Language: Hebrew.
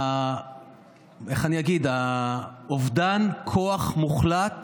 איך אני אגיד, אובדן הכוח המוחלט